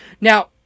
Now